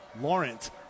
Lawrence